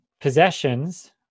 possessions